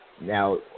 Now